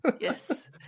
Yes